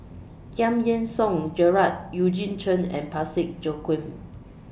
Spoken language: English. Giam Yean Song Gerald Eugene Chen and Parsick Joaquim